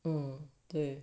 mm 对